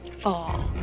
fall